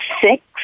six